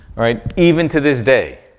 right, even to this day,